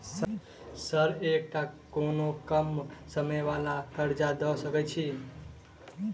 Sir एकटा कोनो कम समय वला कर्जा दऽ सकै छी?